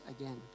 again